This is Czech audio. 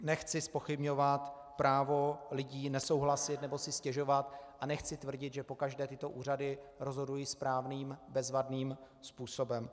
Nechci zpochybňovat právo lidí nesouhlasit nebo si stěžovat a nechci tvrdit, že pokaždé tyto úřady rozhodují správným, bezvadným způsobem.